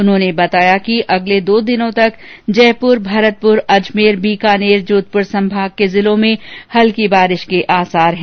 उन्होंने बताया कि अगले दो दिनों तक जयपूर भरतपूर अजमेर बीकानेर जोधपूर संभागों के जिलों में हल्की वर्षा के आसार है